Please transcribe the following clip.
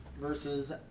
versus